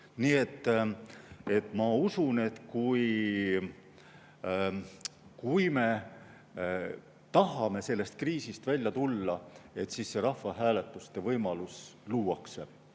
Nii et ma usun, et kui me tahame sellest kriisist välja tulla, siis see rahvahääletuste võimalus luuakse.